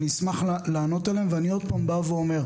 אני אשמח לענות עליהם ואני עוד פעם בא ואומר,